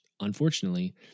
unfortunately